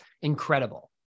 Incredible